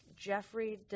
Jeffrey